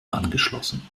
angeschlossen